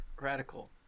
Radical